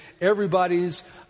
everybody's